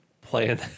playing